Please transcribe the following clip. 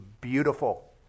beautiful